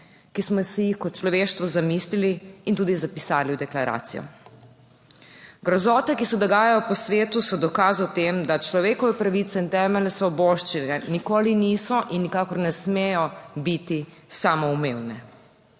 ki smo si jih kot človeštvo zamislili in tudi zapisali v deklaracijo. Grozote, ki se dogajajo po svetu, so dokaz o tem, da človekove pravice in temeljne svoboščine nikoli niso in nikakor ne smejo biti samoumevne.